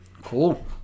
cool